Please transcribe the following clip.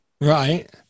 Right